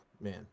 Man